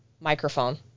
microphone